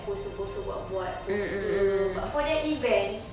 poster poster buat buat poster but for their events